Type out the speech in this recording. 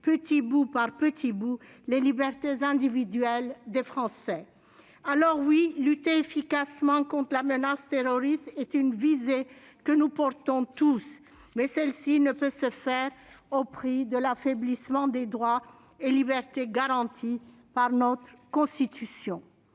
petit bout par petit bout, les libertés individuelles des Français. Oui, lutter efficacement contre la menace terroriste est un objectif que nous visons tous. Mais cela ne peut se faire au prix de l'affaiblissement des droits et libertés garantis par notre Constitution.